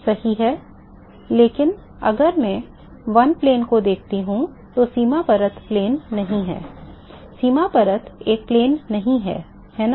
सही है लेकिन अगर मैं 1 plane को देखता हूं लेकिन सीमा परत plane नहीं है सीमा परत एक plane नहीं है है ना